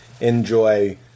enjoy